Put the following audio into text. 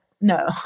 no